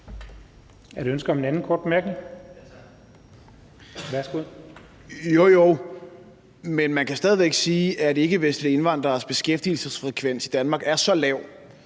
Kl. 14:51 Morten Dahlin (V): Jo jo, men man kan stadig væk sige, at ikkevestlige indvandreres beskæftigelsesfrekvens i Danmark er så lav,